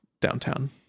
downtown